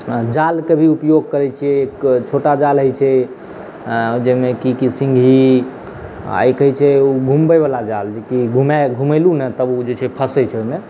आओर जालके भी उपयोग करै छिए छोटा जाल होइ छै जाहिमे कि कि सिँङ्गही आओर एक होइ छै घुमबैवला जाल जेकि घुमेलहुँ ने तब ओ जे छै फँसै छै ओहिमे